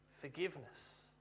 forgiveness